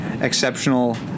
exceptional